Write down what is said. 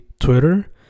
Twitter